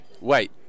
Wait